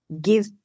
give